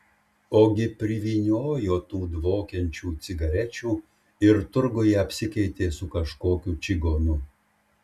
ogi privyniojo tų dvokiančių cigarečių ir turguje apsikeitė su kažkokiu čigonu